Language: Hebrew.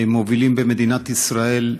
מובילים במדינת ישראל,